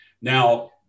Now